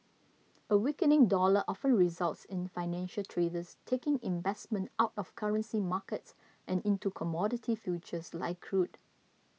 a weakening dollar often results in financial traders taking investment out of currency markets and into commodity futures like crude